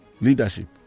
leadership